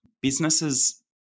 businesses